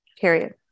period